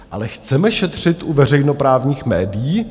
Ale chceme šetřit u veřejnoprávních médií?